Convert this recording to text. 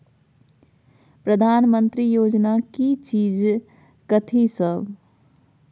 प्रधानमंत्री योजना की चीज कथि सब?